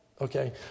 Okay